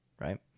Right